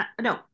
no